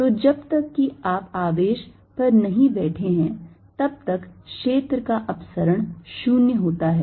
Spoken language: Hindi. तो जब तक कि आप आवेश पर नहीं बैठे हैं तब तक क्षेत्र का अपसरण 0 होता है